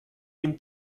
dem